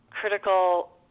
critical